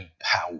power